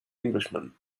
englishman